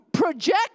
Project